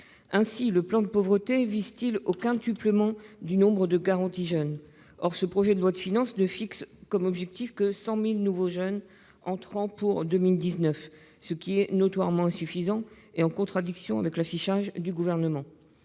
Ainsi le plan Pauvreté vise-t-il un quintuplement du nombre de bénéficiaires de la garantie jeunes. Or le présent projet de loi de finances ne fixe comme objectif que 100 000 nouveaux jeunes entrants pour 2019, ce qui est notoirement insuffisant et en contradiction avec l'affichage du Gouvernement.